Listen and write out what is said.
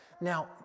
Now